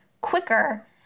quicker